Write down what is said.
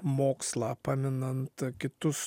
mokslą paminant kitus